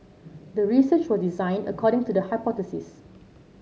the research was designed according to the hypothesis